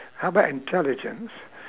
how about intelligence